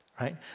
right